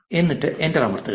enter അമർത്തുക